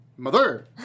mother